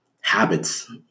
Habits